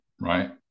right